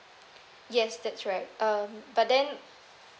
yes that's right um but then